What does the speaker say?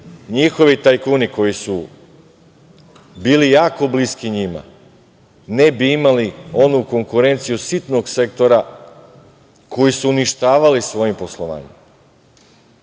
njihovi tajkuni koji su bili jako bliski njima, ne bi imali onu konkurenciju sitnog sektora, koji su uništavali svojim poslovanjem.